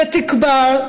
ותקבע,